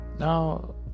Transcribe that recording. Now